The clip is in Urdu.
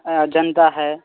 اجنتا ہے